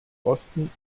osten